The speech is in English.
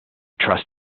trust